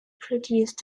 produced